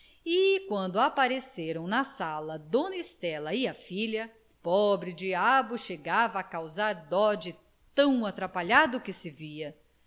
quando apareceram na sala dona estela e a filha o pobre-diabo chegava a causar dó de tão atrapalhado que se via